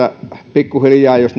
pikkuhiljaa jos